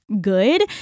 good